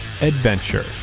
Adventure